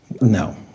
No